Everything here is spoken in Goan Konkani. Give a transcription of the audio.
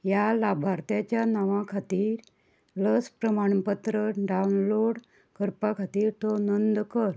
ह्या लाभार्थ्याच्या नांवा खातीर लस प्रमाणपत्र डावनलोड करपा खातीर तो नोंद कर